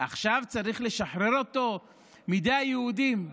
עכשיו צריך לשחרר אותו מידי היהודים.